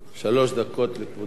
שלוש דקות לכבודו.